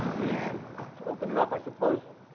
and to open it up, i suppose,